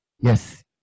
Yes